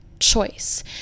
choice